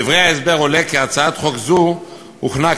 מדברי ההסבר עולה כי הצעת חוק זו הוכנה,